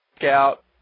out